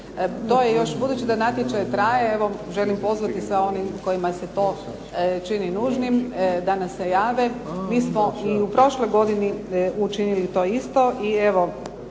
To je još, budući da natječaj traje, evo želim pozvati sve one kojima se to čini nužnim, da nam se jave. Mi smo i u prošloj godini učinili to isto i evo,